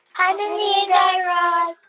hi, mindy and guy raz.